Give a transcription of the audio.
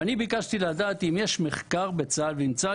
ואני ביקשתי לדעת אם יש מחקר בצה"ל ואם צה"ל